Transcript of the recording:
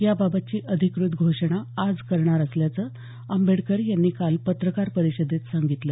याबाबतची अधिकृत घोषणा आज करणार असल्याचं आंबेडकर यांनी काल पत्रकार परिषदेत सांगितलं